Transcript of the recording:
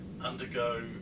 undergo